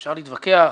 אפשר להתווכח.